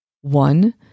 One